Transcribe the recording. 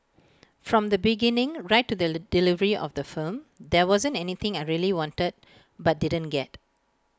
from the beginning right to the delivery of the film there wasn't anything I really wanted but didn't get